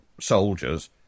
soldiers